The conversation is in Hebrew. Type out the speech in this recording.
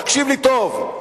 תקשיב לי טוב,